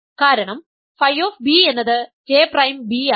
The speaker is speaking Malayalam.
കാരണം Φ എന്നത് J പ്രൈം b ആണ്